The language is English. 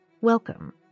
Welcome